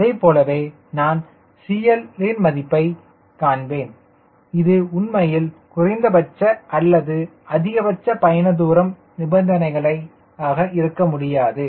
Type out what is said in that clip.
அதைப்போலவே நான் CL ன் மதிப்பை காண்பேன் இது உண்மையில் குறைந்தபட்ச அல்லது அதிகபட்ச பயண தூரம் நிபந்தனைகள் இருக்க முடியாது